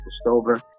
Stover